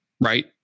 Right